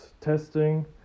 testing